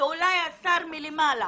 ואולי השר מלמעלה